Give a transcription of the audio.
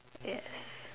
yes